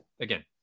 Again